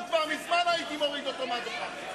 כבר מזמן הייתי מוריד אותו מהדוכן.